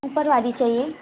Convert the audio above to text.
ऊपर वाली चाहिए